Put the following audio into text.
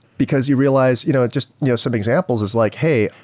because you realize you know just you know some examples is like, hey!